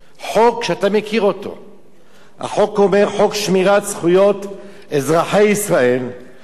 החוק אומר: חוק שמירת זכויות אזרחי ישראל שהמשפט הישראלי לא חל עליהם.